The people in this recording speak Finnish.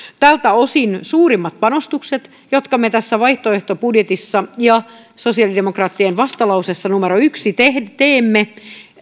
tältä osin suurimmat panostukset jotka me tässä vaihtoehtobudjetissa ja sosiaalidemokraattien vastalauseessa numero yksi teemme